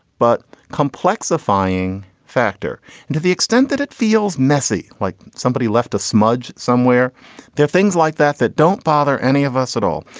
but complex defining factor to the extent that it feels messy, like somebody left a smudge somewhere there, things like that that don't bother any of us at all.